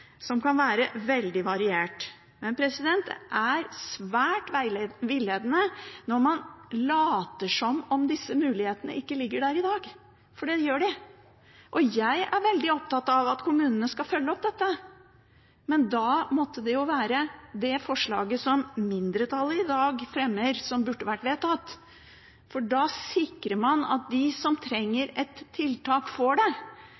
som kan være veldig variert. Men det er svært villedende når man later som om disse mulighetene ikke ligger der i dag, for det gjør de. Jeg er veldig opptatt av at kommunene skal følge opp dette, men da burde det jo vært det forslaget som mindretallet fremmer i dag, som ble vedtatt, for da sikrer man at de som trenger et tiltak, får det.